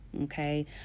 okay